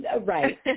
Right